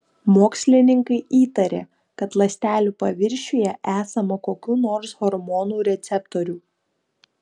mokslininkai įtarė kad ląstelių paviršiuje esama kokių nors hormonų receptorių